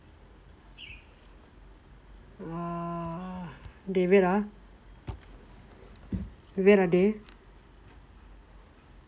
ah dey wait ah wait ah dey